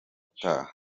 utaha